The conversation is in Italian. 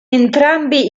entrambi